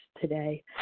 today